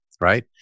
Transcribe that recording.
right